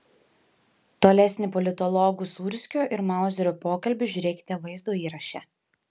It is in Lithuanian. tolesnį politologų sūrskio ir mauzerio pokalbį žiūrėkite vaizdo įraše